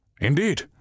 Indeed